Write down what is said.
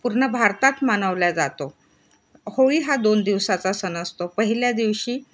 पूर्ण भारतात मनवल्या जातो होळी हा दोन दिवसाचा सण असतो पहिल्या दिवशी